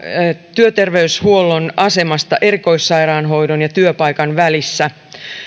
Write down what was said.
työterveyshuollon asemasta erikoissairaanhoidon ja työpaikan välissä